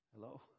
Hello